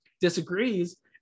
disagrees